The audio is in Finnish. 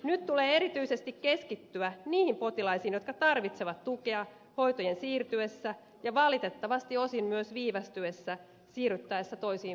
nyt tulee erityisesti keskittyä niihin potilaisiin jotka tarvitsevat tukea hoitojen siirtyessä ja valitettavasti osin myös viivästyessä siirryttäessä toisiin palveluyksiköihin